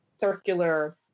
circular